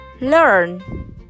learn